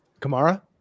Kamara